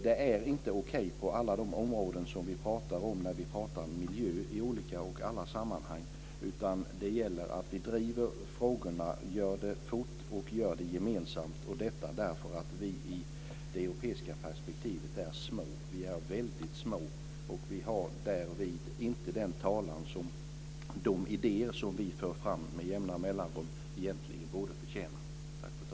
Det är inte okej på alla de områden som vi talar om när vi diskuterar miljö i olika sammanhang, utan det gäller att vi driver frågorna, gör det fort och gemensamt, och detta därför att vi i det europeiska perspektivet är väldigt små. Vi har därvid inte den talan som de idéer som vi för fram med jämna mellanrum egentligen borde förtjäna.